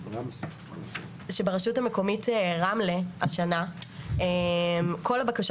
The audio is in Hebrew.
שברשות המקומית רמלה השנה כל הבקשות